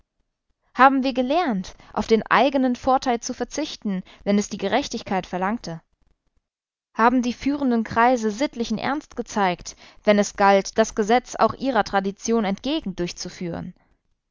haben wir gelernt auf den eigenen vorteil zu verzichten wenn es die gerechtigkeit verlangte haben die führenden kreise sittlichen ernst gezeigt wenn es galt das gesetz auch ihrer tradition entgegen durchzuführen